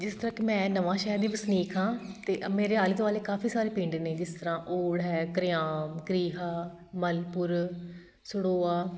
ਜਿਸ ਤਰ੍ਹਾਂ ਕਿ ਮੈਂ ਨਵਾਂਸ਼ਹਿਰ ਦੀ ਵਸਨੀਕ ਹਾਂ ਅਤੇ ਅ ਮੇਰੇ ਆਲੇ ਦੁਆਲੇ ਕਾਫੀ ਸਾਰੇ ਪਿੰਡ ਨੇ ਜਿਸ ਤਰਾਂ ਓੜ ਹੈ ਕਰਿਆਮ ਕਰੇਹਾ ਮਲਪੁਰ ਸੜੌਆ